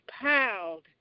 piled